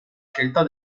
scelta